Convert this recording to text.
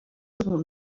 iront